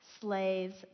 slaves